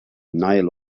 nile